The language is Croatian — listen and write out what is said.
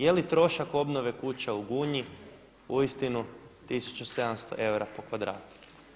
Je li trošak obnove kuća u Gunji uistinu 1700 eura po kvadratu?